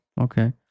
Okay